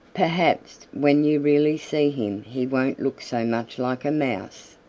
perhaps when you really see him he won't look so much like a mouse.